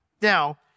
Now